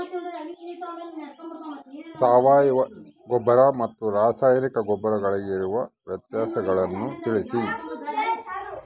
ಸಾವಯವ ಗೊಬ್ಬರ ಮತ್ತು ರಾಸಾಯನಿಕ ಗೊಬ್ಬರಗಳಿಗಿರುವ ವ್ಯತ್ಯಾಸಗಳನ್ನು ತಿಳಿಸಿ?